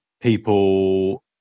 people